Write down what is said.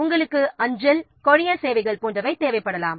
நமக்கு அஞ்சல் கூரியர் சேவைகள் போன்றவை தேவைப்படலாம்